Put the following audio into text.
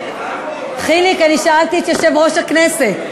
חיליק, אני שאלתי את יושב-ראש הכנסת.